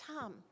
Tom